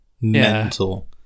mental